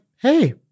hey